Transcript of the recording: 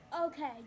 okay